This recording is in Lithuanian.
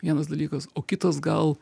vienas dalykas o kitas gal